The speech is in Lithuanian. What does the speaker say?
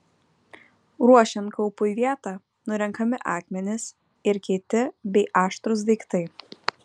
ruošiant kaupui vietą nurenkami akmenys ir kieti bei aštrūs daiktai